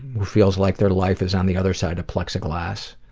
who feels like their life is on the other side of plexiglas,